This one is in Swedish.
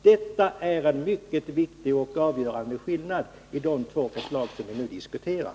Detta är en mycket viktig och en avgörande skillnad mellan de två förslag som vi nu diskuterar.